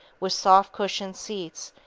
with soft-cushioned seats,